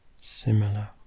similar